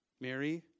Mary